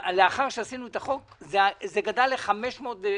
לאחר שחוקקנו את החוק זה גדל ל-516.